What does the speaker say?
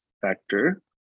factor